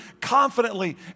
confidently